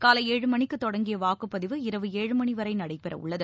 காலை ஏழு மணிக்குத் தொடங்கியவாக்குப்பதிவு இரவு ஏழு மணிவரைநடைபெறஉள்ளது